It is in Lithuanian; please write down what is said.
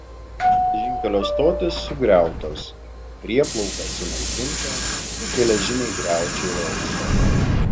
geležinkelio stotys sugriautos prieplauka sunaikinta tik geležiniai griaučiai riogso